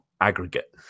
aggregate